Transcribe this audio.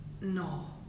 no